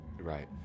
Right